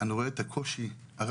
אני רואה את הקושי הרב,